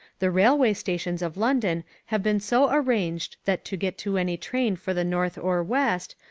the railway stations of london have been so arranged that to get to any train for the north or west,